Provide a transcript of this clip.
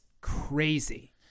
crazy